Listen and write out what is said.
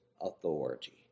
authority